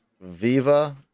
Viva